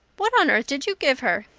what on earth did you give her?